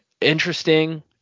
interesting